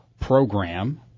program